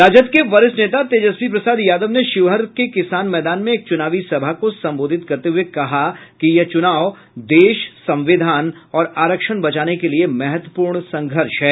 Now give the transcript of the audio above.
राजद के वरिष्ठ नेता तेजस्वी प्रसाद यादव ने शिवहर के किसान मैदान में एक चुनावी सभा को संबोधित करते हुए कहा कि यह चुनाव देश संविधान और आरक्षण बचाने के लिए महत्वपूर्ण संघर्ष है